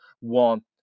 want